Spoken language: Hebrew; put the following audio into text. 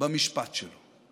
במשפט שלו.